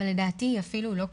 אבל לדעתי היא אפילו לא קראה.